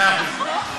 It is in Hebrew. מאה אחוז.